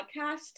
podcast